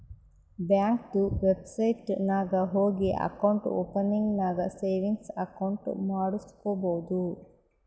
ಬ್ಯಾಂಕ್ದು ವೆಬ್ಸೈಟ್ ನಾಗ್ ಹೋಗಿ ಅಕೌಂಟ್ ಓಪನಿಂಗ್ ನಾಗ್ ಸೇವಿಂಗ್ಸ್ ಅಕೌಂಟ್ ಮಾಡುಸ್ಕೊಬೋದು